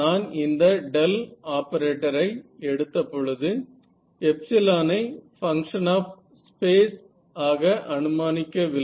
நான் இந்த del operator ஐ எடுத்தபொழுது எப்ஸிலோன் ஐ பங்ஷன் ஆப் ஸ்பேஸ் ஆக அனுமானிக்க இல்லை